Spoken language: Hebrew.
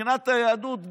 מבחינת היהדות,